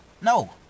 No